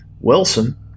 Wilson